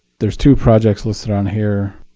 there's two projects listed on here,